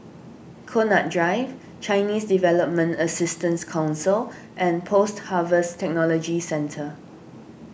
Connaught Drive Chinese Development Assistance Council and Post Harvest Technology Centre